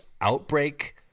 Outbreak